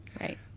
Right